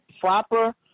proper